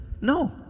No